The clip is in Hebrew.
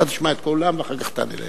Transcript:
אתה תשמע את כולם ואחר כך תענה להם.